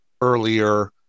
earlier